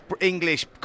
English